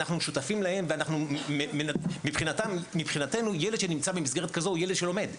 אנחנו שותפים להם ואנחנו מבחינתנו ילד שנמצא במסגרת כזו הוא ילד שלומד,